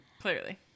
Clearly